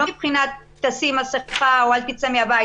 לא מבחינת תשים מסכה או אל תצא מהבית,